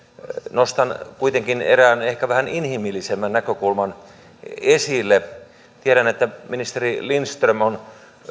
nostan kuitenkin erään ehkä vähän inhimillisemmän näkökulman esille tiedän että ministeri lindström on